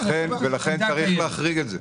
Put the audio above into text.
לכן, צריך להחריג את זה.